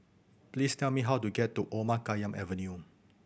please tell me how to get to Omar Khayyam Avenue